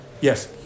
Yes